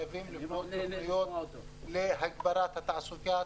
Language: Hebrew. אנחנו חייבים לבנות תוכניות להגברת התעסוקה,